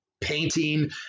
painting